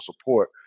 support